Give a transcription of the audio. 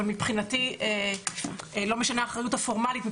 אבל מבחינתי לא משנה האחריות הפורמלית.